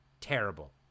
terrible